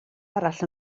arall